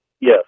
Yes